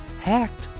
Hacked